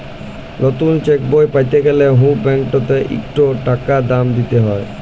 লতুল চ্যাকবই প্যাতে গ্যালে হুঁ ব্যাংকটতে ইকট টাকা দাম দিতে হ্যয়